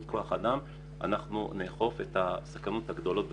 כוח האדם אנחנו נאכוף את הסכנות הגדולות ביותר.